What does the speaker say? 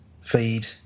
feed